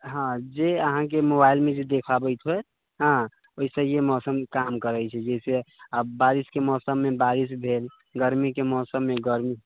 हाँ जे अहाँके मोबाइलमे जे देखाबै छै हाँ ओसहिए मौसम काम करै छै जइसे आब बारिशके मौसममे बारिश भेल गरमीके मौसममे गरमी